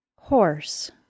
Horse